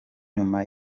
numa